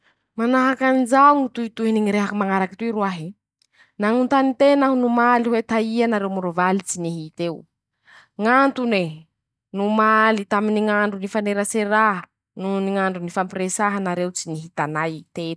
Manahaky anizao ñy tohitohiny ñy rehaky mañaraky toy roahe: -"Nañontany tena aho nomaly hoe :"taia nareo morovaly tsy nihit'eo? "ñ'antone :nomaly taminy ñ'andro nifaneraserà noho ny ñ'andro nifampiresàha nareo tsy nihitanay teto".